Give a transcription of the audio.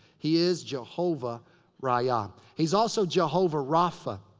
he is jehovah raah. yeah um he's also jehova rapha.